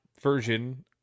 version